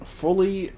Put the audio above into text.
fully